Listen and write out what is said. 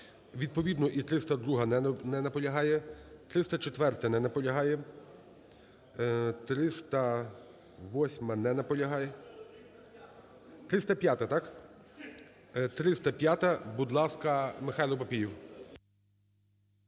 Відповідно, і 302-а, не наполягає. 304-а. Не наполягає. 308- а. Не наполягає. 305-а. Так? 305-а, будь ласка, Михайло Папієв.